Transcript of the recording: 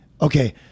okay